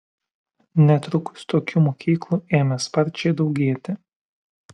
netrukus tokių mokyklų ėmė sparčiai daugėti